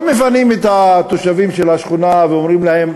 לא מפנים את התושבים של השכונה ואומרים להם,